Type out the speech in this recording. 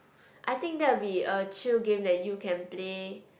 I think that will be a chill game that you can play